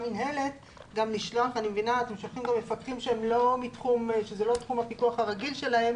מינהלת גם לשלוח מפקחים שזסה לא תחום הפיקוח הרגיל שלהם